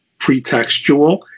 pretextual